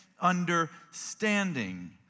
understanding